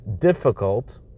difficult